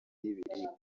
y’ibiribwa